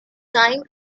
time